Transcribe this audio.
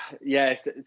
yes